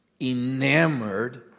enamored